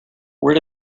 where